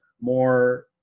more